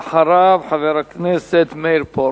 ואחריו, חבר הכנסת מאיר פרוש.